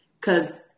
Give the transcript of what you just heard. Cause